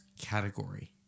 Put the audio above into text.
category